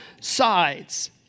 sides